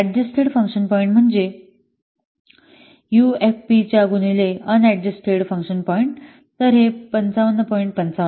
adjusted function point म्हणजे यूएफपीच्या गुणिले अन अडजस्टेड फंक्शन पॉईंट तर हे 55